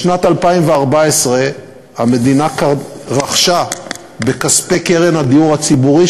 בשנת 2014 המדינה רכשה בכספי קרן הדיור הציבורי,